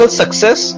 success